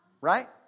right